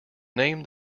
name